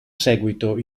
seguito